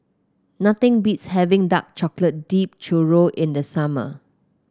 nothing beats having Dark Chocolate Dipped Churro in the summer